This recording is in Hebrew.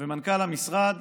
ומנכ"ל המשרד